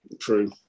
True